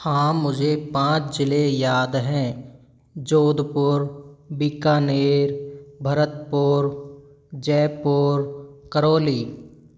हाँ मुझे पाँच ज़िले याद हैं जोधपुर बीकानेर भरतपुर जयपुर करौली